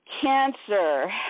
cancer